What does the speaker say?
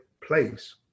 place